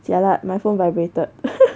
jialat my phone vibrated